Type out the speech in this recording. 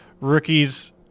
rookies